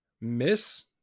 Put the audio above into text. miss